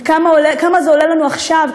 וכמה זה עולה לנו עכשיו,